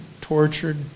tortured